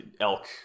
elk